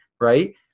right